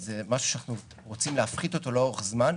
זה משהו שאנחנו רוצים להפחית אותו לאורך זמן,